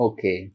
Okay